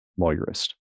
lawyerist